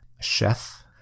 Chef